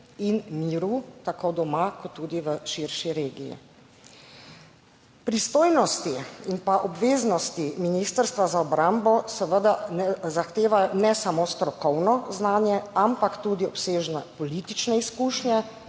in miru tako doma kot tudi v širši regiji. Pristojnosti in obveznosti Ministrstva za obrambo seveda zahtevajo ne samo strokovno znanje, ampak tudi obsežne politične izkušnje,